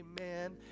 amen